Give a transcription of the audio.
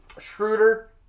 Schroeder